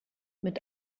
mit